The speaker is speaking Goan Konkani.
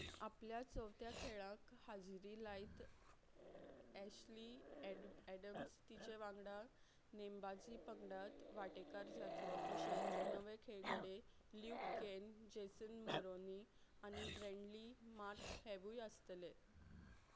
आपल्या चवथ्या खेळाक हाजिरी लायत एशली एड एडम्स तिचे वांगडा नेम्बाजी पंगडात वांटेकार जातलो तशेंच नवे खेळगडे लूक कॅन जॅसन मरोनी आनी ब्रँडली मार्क हेवूय आसतले